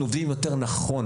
אנחנו עובדים יותר נכון,